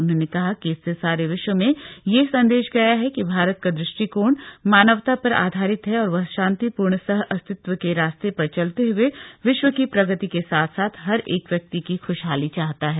उन्होंने कहा कि इससे सारे विश्व में यह संदेश गया है कि भारत का दृष्टिकोण मानवता पर आधारित है और वह शांतिपूर्ण सह अस्तित्व के रास्ते पर चलते हुए विश्व की प्रगति के साथ साथ हर एक व्यक्ति की खुशहाली चाहता है